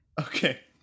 Okay